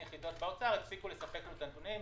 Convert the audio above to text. יחידות באוצר הפסיקו לספק לנו את הנתונים.